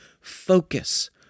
Focus